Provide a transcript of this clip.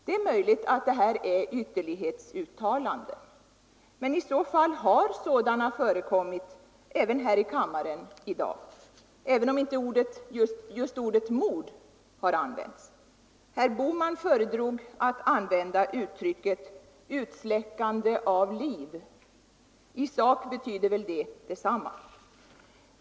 Det är möjligt att det är ytterlighetsuttalanden, men i så fall har sådana förekommit också här i kammaren även om inte just ordet ”mord” har använts. Herr Bohman föredrog att använda uttrycket ”utsläckande av liv”. Det betyder väl i sak detsamma.